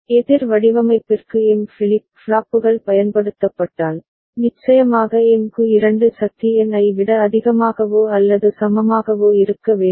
எதிர் வடிவமைப்பிற்கு m flip ஃப்ளாப்புகள் பயன்படுத்தப்பட்டால் நிச்சயமாக m க்கு 2 சக்தி n ஐ விட அதிகமாகவோ அல்லது சமமாகவோ இருக்க வேண்டும்